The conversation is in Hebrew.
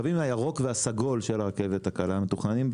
הקווים הירוק והסגול של הרכבת הקלה מתוכננים,